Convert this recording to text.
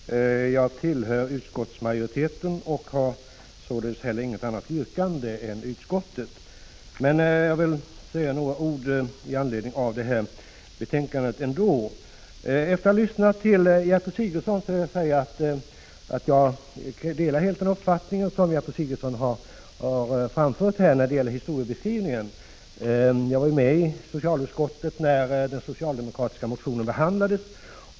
Herr talman! Jag tillhör utskottsmajoriteten och har således inget annat yrkande än utskottet. Jag vill ändå säga några ord i anledning av detta betänkande. Efter att ha lyssnat till Gertrud Sigurdsen vill jag säga att jag helt delar den — Prot. 1985/86:55 uppfattning som hon har framfört när det gäller historieskrivningen. Jag var 18 december 1985 med i socialutskottet när den socialdemokratiska motionen behandlades.